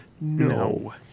no